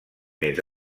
més